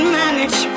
manage